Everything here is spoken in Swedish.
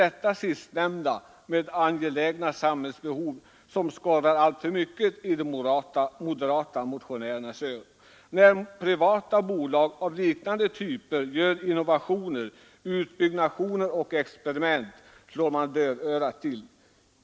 Det är väl detta med ”angelägna samhällsbehov” som skorrar alltför mycket i de moderata motionärernas öron. När privata bolag av liknande typ gör innovationer, utbyggnader och experiment slår man dövörat till.